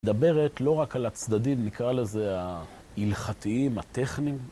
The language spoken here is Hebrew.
מדברת לא רק על הצדדים, נקרא לזה ההלכתיים, הטכניים